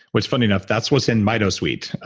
what's funny enough, that's what's in mitosweet,